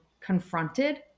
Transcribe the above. confronted